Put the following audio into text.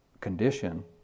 condition